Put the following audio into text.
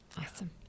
Awesome